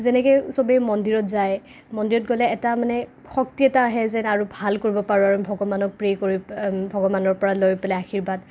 যেনেকে চবে মন্দিৰত যায় মন্দিৰত গ'লে এটা মানে শক্তি এটা আহে যেন আৰু ভাল কৰিব পাৰোঁ ভগৱানক প্ৰে কৰিব ভগৱানৰ পৰা লৈ পেলাই আশীৰ্বাদ